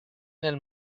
nel